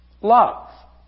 love